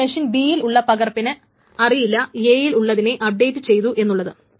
ഇപ്പോൾ machine B യിൽ ഉള്ള പകർപ്പിന് അറിയില്ല A യിൽ ഉള്ളതിനെ അപ്ഡേറ്റ് ചെയ്തു എന്നുള്ളത്